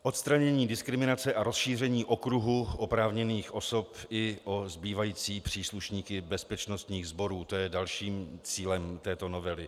Odstranění diskriminace a rozšíření okruhu oprávněných osob i o zbývající příslušníky bezpečnostních sborů, to je dalším cílem této novely.